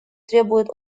требует